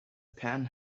pen